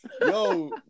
Yo